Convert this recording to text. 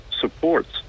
supports